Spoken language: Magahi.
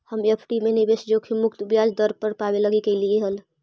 हम एफ.डी में निवेश जोखिम मुक्त ब्याज दर पाबे लागी कयलीअई हल